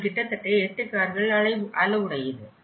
அது கிட்டத்தட்ட எட்டு கார்கள் அளவுடையது